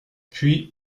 puis